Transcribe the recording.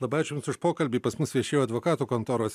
labai ačiū jums už pokalbį pas mus viešėjo advokatų kontoros